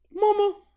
mama